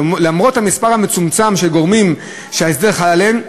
למרות המספר המצומצם של גורמים שההסדר חל עליהם,